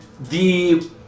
the-